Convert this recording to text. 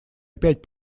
опять